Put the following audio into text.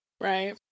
Right